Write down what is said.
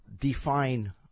define